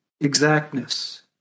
exactness